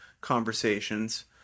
conversations